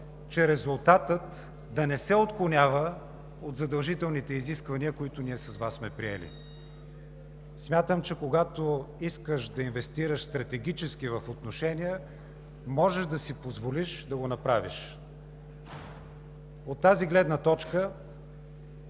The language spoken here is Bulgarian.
че резултатът да не се отклонява от задължителните изисквания, които ние с Вас сме приели. Смятам, че когато искаш да инвестираш стратегически в отношения, можеш да си позволиш да го направиш. От тази гледна точка